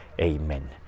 amen